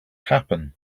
happen